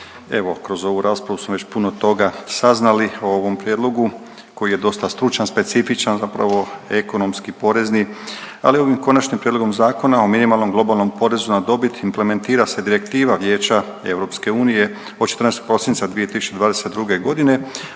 kroz ovu raspravu smo već puno toga saznali o ovom prijedlogu koji je dosta stručan, specifičan zapravo, ekonomski, porezni, ali ovim Konačnim prijedlogom Zakona o minimalnom porezu na dobit implementira se Direktiva Vijeća EU od 14. prosinca 2022. g.